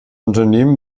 unternehmen